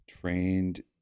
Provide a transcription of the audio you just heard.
trained